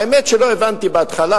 האמת שלא הבנתי בהתחלה,